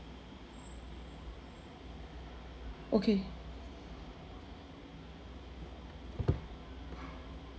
okay